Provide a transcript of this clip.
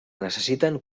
necessiten